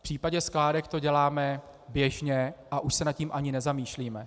V případě skládek to děláme běžně a už se nad tím ani nezamýšlíme.